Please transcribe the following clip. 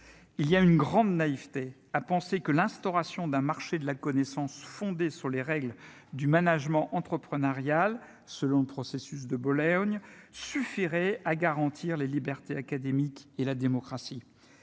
il y a une grande naïveté à penser que l'instauration d'un marché de la connaissance fondée sur les règles du management entrepreneurial, selon le processus de Bologne suffirait à garantir les libertés académiques et la démocratie,